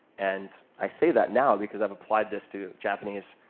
and i say that now because i've applied this to japanese,